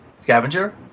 scavenger